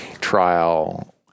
trial